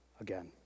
again